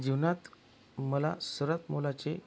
जीवनात मला सर्वात मोलाचे